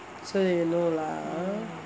so you know lah ah